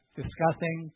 discussing